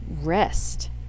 rest